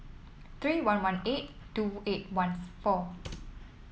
three one one eight two eight one four